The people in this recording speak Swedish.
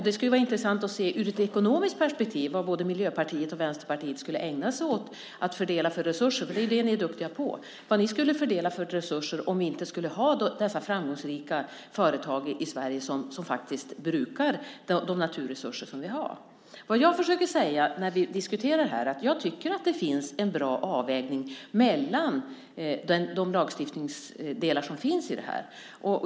Det skulle ur ett ekonomiskt perspektiv vara intressant att se vad både Miljöpartiet och Vänsterpartiet skulle fördela för resurser - det är ni duktiga på - om vi inte hade dessa framgångsrika företag som brukar de naturresurser som vi faktiskt har. Jag tycker att det finns en bra avvägning mellan lagstiftningsdelarna i detta.